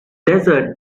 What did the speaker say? desert